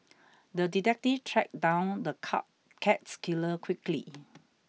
the detective tracked down the card cat killer quickly